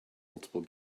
multiple